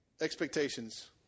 Expectations